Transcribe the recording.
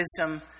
wisdom